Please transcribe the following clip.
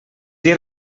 dir